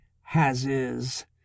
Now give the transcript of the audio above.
has-is